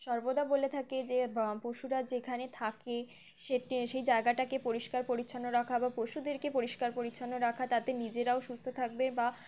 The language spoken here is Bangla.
সর্বদা বলে থাকে যে পশুরা যেখানে থাকে সে সেই জায়গাটাকে পরিষ্কার পরিচ্ছন্ন রাখা বা পশুদেরকে পরিষ্কার পরিচ্ছন্ন রাখা তাতে নিজেরাও সুস্থ থাকবে বা